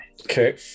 Okay